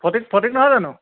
ফটিক ফটিক নহয় জানো